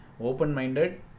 open-minded